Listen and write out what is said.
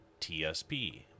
TSP